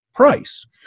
price